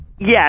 Yes